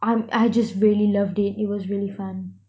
I'm I just really loved it it was really fun